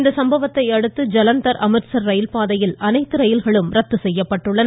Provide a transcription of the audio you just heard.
இந்த சம்பவத்தையடுத்து ஜலந்தர் அமிர்த்ஸர் ரயில்பாதையில் அனைத்து ரயில்களும் ரத்து செய்யப்பட்டுள்ளன